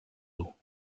eaux